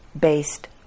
based